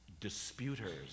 disputers